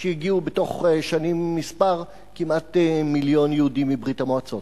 בתוך שנים מספר כמעט מיליון יהודים מברית-המועצות.